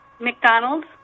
McDonald's